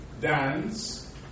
dance